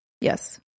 Yes